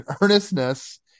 earnestness